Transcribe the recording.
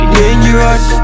dangerous